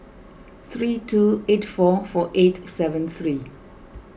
three two eight four four eight seven three